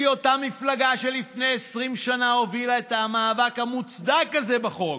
כי אותה מפלגה שלפני 20 שנה הובילה את המאבק המוצדק הזה בחוק,